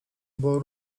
było